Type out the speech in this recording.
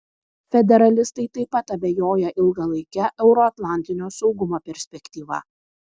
federalistai taip pat abejoja ilgalaike euroatlantinio saugumo perspektyva